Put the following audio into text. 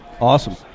Awesome